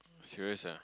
serious ah